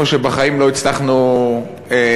שם בחיים לא הצלחנו להתפלל,